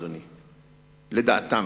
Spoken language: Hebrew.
אדוני: לדעתם,